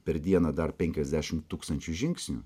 per dieną dar penkiasdešimt tūkstančių žingsnių